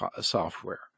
software